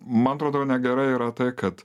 man atrodo negerai yra tai kad